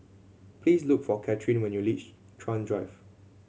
please look for Cathrine when you reach Chuan Drive